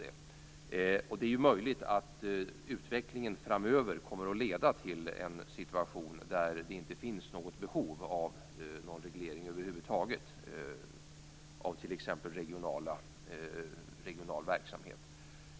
Det är möjligt att utvecklingen framöver kommer att leda till en situation där det inte finns något behov av någon reglering över huvud taget av t.ex. regional verksamhet.